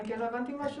אלא אם כן לא הבנתי משהו,